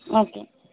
okay